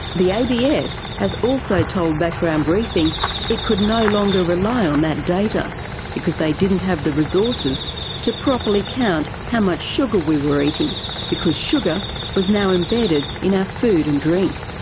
the abs has also told background briefing it could no longer rely on that data because they didn't have the resources to properly count how much sugar we were eating because sugar was now embedded in our food and drink.